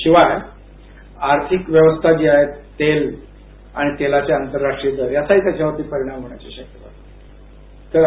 शिवाय आर्थिक व्यवस्था जी आहे तेल आणी तेलाचे आंतरराष्ट्रीय दर याचाही त्याच्यावर परिणाम असु शकतो